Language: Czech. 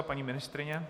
Paní ministryně?